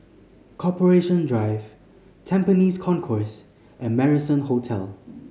Corporation Drive Tampines Concourse and Marrison Hotel